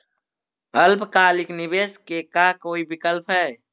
अल्पकालिक निवेश के का कोई विकल्प है?